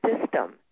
system